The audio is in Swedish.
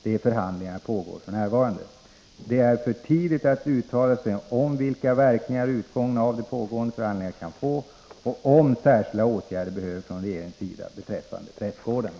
De förhandlingarna pågår f.n. Detär för tidigt att uttala sig om vilka verkningar utgången av de pågående förhandlingarna kan få och om särskilda åtgärder behövs från regeringens sida beträffande prästgårdarna.